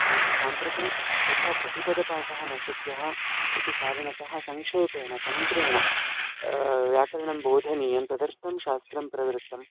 साम् साम्प्रतं तथा प्रतिपदपाठः न शक्यः इति कारणतः संक्षेपेण तन्त्रेण व्याकरणं बोधनीयं तदर्थं शास्त्रं प्रवृत्तम्